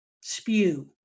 spew